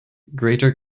greater